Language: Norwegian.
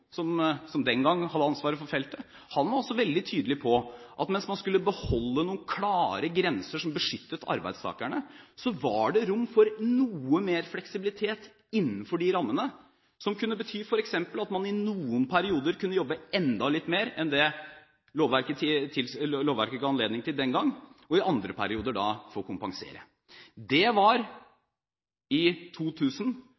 Kosmo, som den gang hadde ansvaret for feltet, var også veldig tydelig på at hvis man skulle beholde klare grenser som beskyttet arbeidstakerne, var det rom for noe mer fleksibilitet innenfor de rammene, som kunne bety at man f.eks. i noen perioder kunne jobbe enda litt mer enn det lovverket ga anledning til den gang, og i andre perioder mindre, for å kompensere. Det